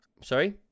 sorry